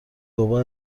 بابا